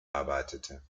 arbeitete